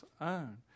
own